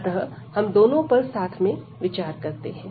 अतः हम दोनों पर साथ में विचार करते हैं